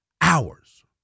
hours